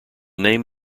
name